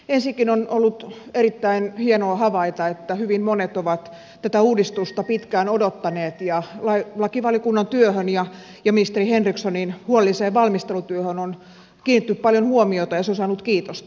ensiksikin on ollut erittäin hienoa havaita että hyvin monet ovat tätä uudistusta pitkään odottaneet ja lakivaliokunnan työhön ja ministeri henrikssonin huolelliseen valmistelutyöhön on kiinnitetty paljon huomiota ja se on saanut kiitosta